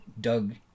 doug